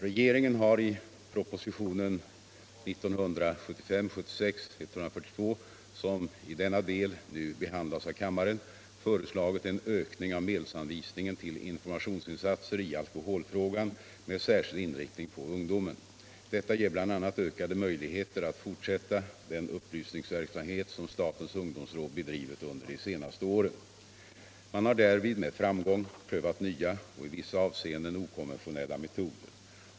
Regeringen har i propositionen 1975/76:142, som i denna del nu behandlas av kammaren, föreslagit en ökning av medelsanvisningen till informationsinsatser i alkoholfrågan med särskild inriktning på ungdomen. Detta ger bl.a. ökade möjligheter att fortsätta den upplysningsverksamhet som statens ungdomsråd bedrivit under de senaste åren. Man har därvid med framgång prövat nya och i vissa avseenden okonventionella metoder.